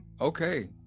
Okay